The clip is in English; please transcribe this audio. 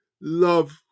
love